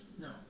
No